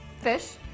fish